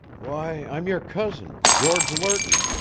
why, i'm your cousin, george lerton.